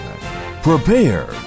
Prepare